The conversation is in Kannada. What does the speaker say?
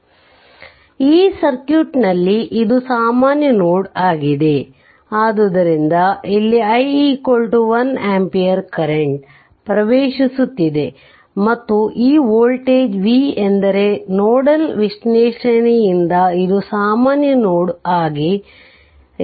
ಈ ಸರ್ಕ್ಯೂಟ್ ನಲ್ಲಿ ಇದು ಸಾಮಾನ್ಯ ನೋಡ್ ಆಗಿದೆ ಆದ್ದರಿಂದ ಇಲ್ಲಿ i 1 ಆಂಪಿಯರ್ ಕರೆಂಟ್ ಪ್ರವೇಶಿಸುತ್ತಿದೆ ಮತ್ತು ಈ ವೋಲ್ಟೇಜ್ V ಎಂದರೆ ನೋಡಲ್ ವಿಶ್ಲೇಷಣೆಯಿಂದ ಇದು ಸಾಮಾನ್ಯ ನೋಡ್ ಆಗಿದೆ